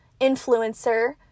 influencer